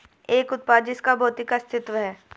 एक उत्पाद जिसका भौतिक अस्तित्व है?